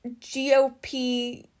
GOP